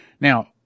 Now